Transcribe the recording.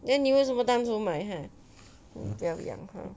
then 你为什么当初买它 then 不要养它